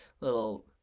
little